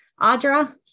Audra